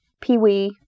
peewee